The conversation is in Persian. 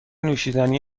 نوشیدنی